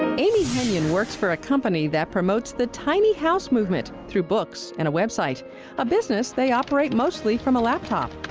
and amy henion works for a company that promotes the tiny house movement, through books and a website a business they operate mostly from a laptop.